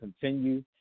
continue